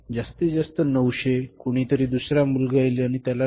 जास्तीत जास्त 900 कुणीतरी दुसरा मुलगा येईल किंवा त्याला रु